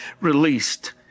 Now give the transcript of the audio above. released